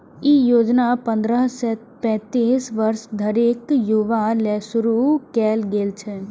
ई योजना पंद्रह सं पैतीस वर्ष धरिक युवा लेल शुरू कैल गेल छै